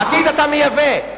עתיד, אתה מייבא.